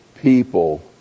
people